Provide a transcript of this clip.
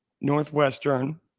Northwestern